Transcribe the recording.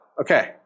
okay